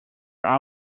our